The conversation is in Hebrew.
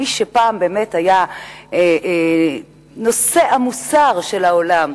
מי שפעם באמת היה נושא המוסר של העולם,